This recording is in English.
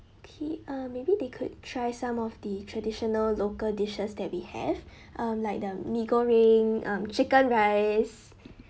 K uh maybe they could try some of the traditional local dishes that we have um like the mee goreng um chicken rice